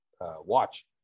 watch